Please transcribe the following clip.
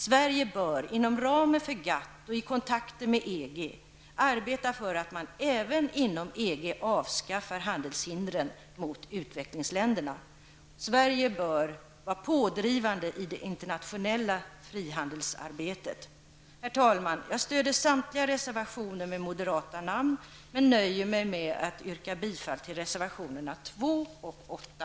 Sverige bör inom ramen för GATT och i kontakter med EG arbeta för att man även inom EG avskaffar handelshindren mot utvecklingsländerna. Sverige bör vara pådrivande i det internationella frihandelsarbetet. Herr talman! Jag stöder samtliga reservationer med moderata namn men nöjer mig med att yrka bifall till reservationerna 2 och 8.